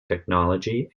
technology